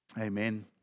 Amen